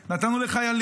נתנו לחיילים,